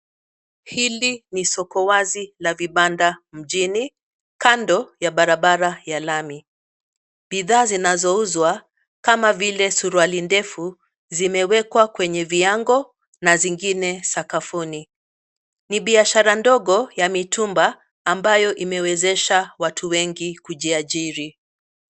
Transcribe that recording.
Hili ni soko wazi la vibanda mjini kando ya barabara ya lami. Bidhaa zinazouzwa, kama vile suruali ndefu, zimewekwa kwenye viango na sakafuni. Ni biashara ndogo ya mitumba ambayo imewezesha watu wengi kujiajiri.